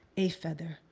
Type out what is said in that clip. a feather.